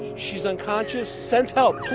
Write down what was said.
she's unconscious, send help,